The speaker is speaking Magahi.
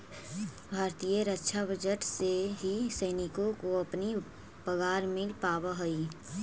भारतीय रक्षा बजट से ही सैनिकों को अपनी पगार मिल पावा हई